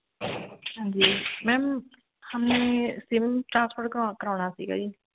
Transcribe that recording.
ਹਾਂਜੀ ਮੈਮ ਹਮਨੇ sim transfer ਕਰਾ ਕਰਾਉਣਾ ਸੀਗਾ ਜੀ